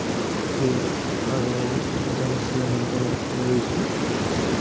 ফকিৰ আৰু এজন আছিলে নামটো মই পাহৰিছোঁ